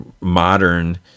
modern